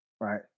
Right